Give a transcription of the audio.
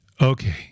Okay